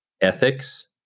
ethics